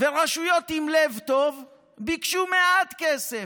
רשויות עם לב טוב ביקשו מעט כסף.